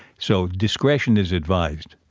so discretion is advised.